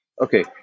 okay